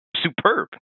superb